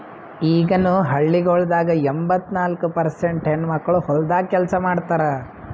ಈಗನು ಹಳ್ಳಿಗೊಳ್ದಾಗ್ ಎಂಬತ್ತ ನಾಲ್ಕು ಪರ್ಸೇಂಟ್ ಹೆಣ್ಣುಮಕ್ಕಳು ಹೊಲ್ದಾಗ್ ಕೆಲಸ ಮಾಡ್ತಾರ್